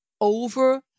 over